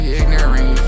ignorant